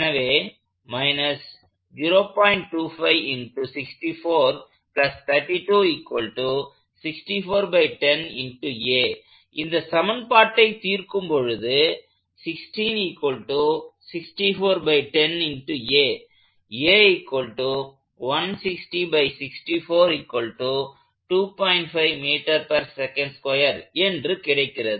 எனவே இந்த சமன்பாட்டை தீர்க்கும் பொழுது என்று கிடைக்கிறது